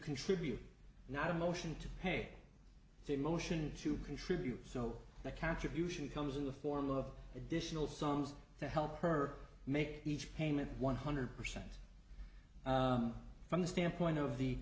contribute not a motion to pay a motion to contribute so that contribution comes in the form of additional songs to help her make each payment one hundred percent from the standpoint of the